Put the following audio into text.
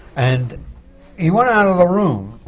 and he went out of the room,